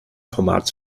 format